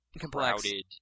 crowded